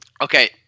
Okay